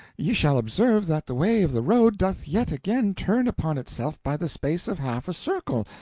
ye shall observe that the way of the road doth yet again turn upon itself by the space of half a circle,